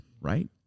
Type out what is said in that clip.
right